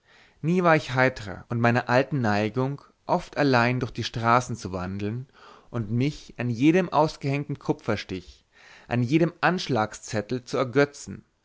nie war ich heitrer und meiner alten neigung oft allein durch die straßen zu wandeln und mich an jedem ausgehängten kupferstich an jedem anschlagzettel zu ergötzen